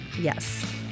Yes